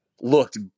looked